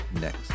next